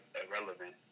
irrelevant